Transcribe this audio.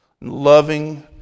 loving